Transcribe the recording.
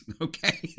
Okay